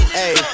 hey